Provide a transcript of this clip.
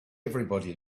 everybody